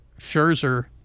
Scherzer